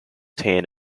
tan